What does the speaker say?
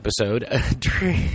episode